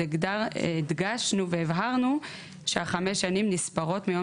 אז הדגשנו והבהרנו שחמש השנים נספרות מיום